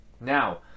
now